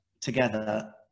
together